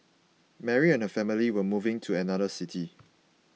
Mary and her family were moving to another city